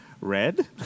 Red